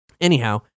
Anyhow